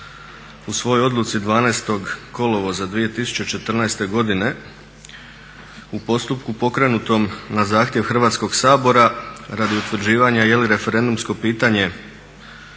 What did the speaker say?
u svojoj odluci 12.kolovoza 2014.godine u postupku pokrenutom na zahtjev Hrvatskog sabora radi utvrđivanja jeli referendumsko pitanje